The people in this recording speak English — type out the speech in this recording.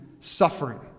suffering